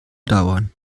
dauern